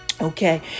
okay